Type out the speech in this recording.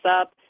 up